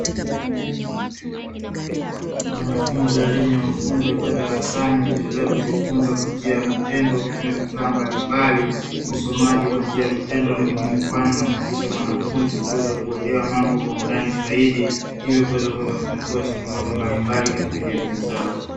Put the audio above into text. Wanafunzi wa elimu ya ufundi wakiwa darasani wakiendelea kujifunza kwa njia ya vitendo kwa kutumia vifaa mbalimbali. Usomaji kwa njia ya vitendo ni muhimu kwani unamuwezesha mwanafunzi kuweza kuelewa mambo kwa undani zaidi, ili kuweza kwenda kutatua changamoto mbalimbali katika jamii zao